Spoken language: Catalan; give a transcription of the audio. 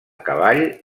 cavall